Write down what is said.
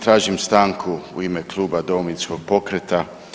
Tražim stanku u ime kluba Domovinskog pokreta.